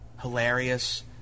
hilarious